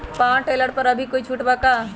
Power tiller पर अभी कोई छुट बा का?